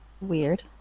weird